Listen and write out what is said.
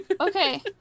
Okay